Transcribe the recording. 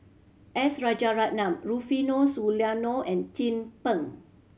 S Rajaratnam Rufino Soliano and Chin Peng